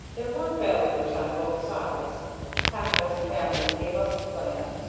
there were failures on both sides half a dozen families gave up the plan,